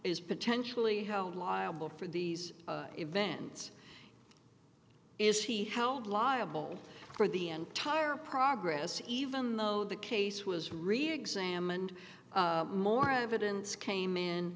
is potentially held liable for these events is he held liable for the entire progress even though the case was reexamined more evidence came in